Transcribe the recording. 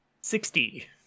sixty